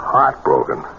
Heartbroken